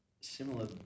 similar